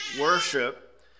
worship